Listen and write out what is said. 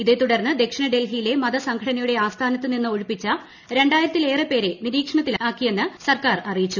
ഇതേത്തുടർന്നു ദക്ഷിണ ഡൽഹിയിലെ മതസംഘടനയുടെ ആസ്ഥാനത്ത് നിന്ന് ഒഴിപ്പിച്ച രണ്ടായിരത്തിലേറെ പേരെ നിരീക്ഷണത്തിലാക്കിയെന്നു സർക്കാർ അറിയിച്ചു